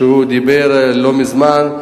שדיבר לא מזמן,